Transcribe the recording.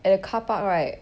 at the car park right